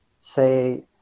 say